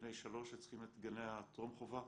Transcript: כבני שלוש שצריכים את גני הטרום חובה